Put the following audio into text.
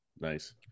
Nice